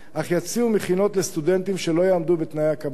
אך יציעו מכינות לסטודנטים שלא יעמדו בתנאי הקבלה.